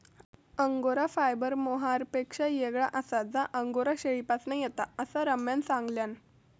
angora fibre मोहायरपेक्षा येगळा आसा जा अंगोरा शेळीपासून येता, असा रम्यान सांगल्यान